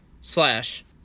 slash